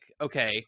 okay